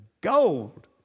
gold